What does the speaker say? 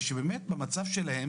במצב שלה,